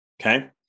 okay